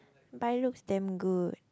but it looks damn good